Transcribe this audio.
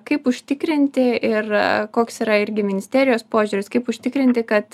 kaip užtikrinti ir koks yra irgi ministerijos požiūris kaip užtikrinti kad